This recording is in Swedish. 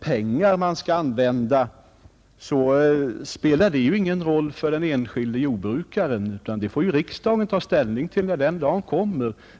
pengar man använder spelar ju ingen roll för den enskilde jordbrukaren, utan det får riksdagen ta ställning till när den dagen kommer.